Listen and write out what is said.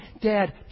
Dad